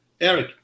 Eric